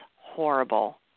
horrible